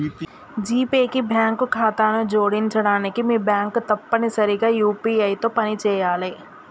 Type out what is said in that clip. GPay కి bank ఖాతాను జోడించడానికి మీ బ్యాంక్ తప్పనిసరిగా యూ.పీ.ఐ తో పనిచేయాలే